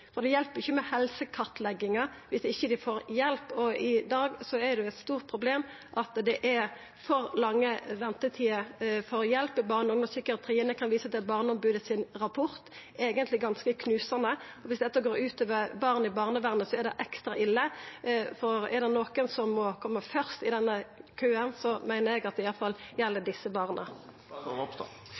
For det hjelper ikkje med helsekartleggingar viss dei ikkje får hjelp. I dag er det eit stort problem at det er for lange ventetider for hjelp i barne- og ungdomspsykiatrien. Eg kan visa til Barneombodets rapport, han er eigentleg ganske knusande. Viss dette går ut over barn i barnevernet, er det ekstra ille, for er det nokon som må koma først i denne køen, meiner eg at det iallfall er desse barna.